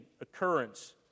occurrence